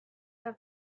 have